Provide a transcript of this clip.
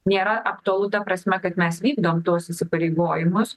nėra aktualu ta prasme kad mes vykdom tuos įsipareigojimus